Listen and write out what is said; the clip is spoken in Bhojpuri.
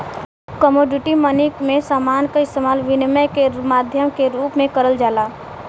कमोडिटी मनी में समान क इस्तेमाल विनिमय के माध्यम के रूप में करल जाला